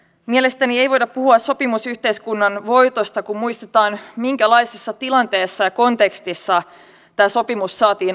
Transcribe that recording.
mielestäni ei voida puhua sopimusyhteiskunnan voitosta kun muistetaan minkälaisessa tilanteessa ja kontekstissa tämä sopimus saatiin aikaiseksi